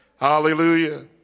Hallelujah